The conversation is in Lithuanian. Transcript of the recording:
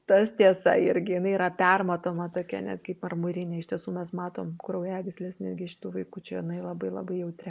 tas tiesa irgi jinai yra permatoma tokia net kaip marmurinė iš tiesų mes matom kraujagysles netgi šitų vaikučių jinai labai labai jautri